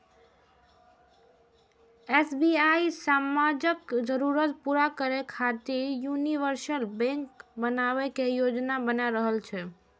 SBI समाजक जरूरत पूरा करै खातिर यूनिवर्सल बैंक बनै के योजना बना रहल छै